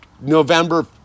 November